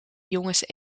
jongens